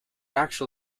actual